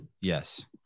Yes